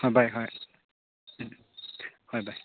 ꯑꯥ ꯚꯥꯏ ꯍꯣꯏ ꯍꯣꯏ ꯚꯥꯏ